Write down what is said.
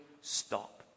stop